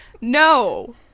no